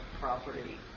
property